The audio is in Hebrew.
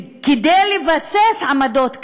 כדי לבסס עמדות כאלה,